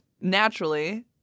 naturally